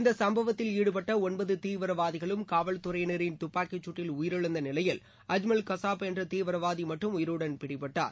இந்த சுப்பவத்தில் ஈடுபட்ட ஒன்பது தீவிரவாதிகளும் காவல் துறையினரின் துப்பாக்கிச் சூட்டில் உயிரிழந்த நிலையில் அஜ்மல் கசாப் என்ற தீவிரவாதி மட்டும் உயிருடன் பிடிபட்டார்